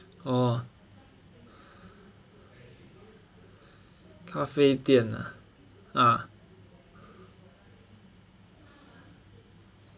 oh 咖啡店 ah ah